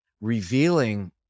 revealing